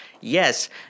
Yes